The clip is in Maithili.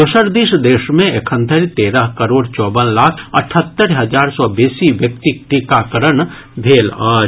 दोसर दिस देश मे एखन धरि तेरह करोड़ चौवन लाख अठहत्तरि हजार सँ बेसी व्यक्तिक टीकाकरण भेल अछि